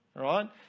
right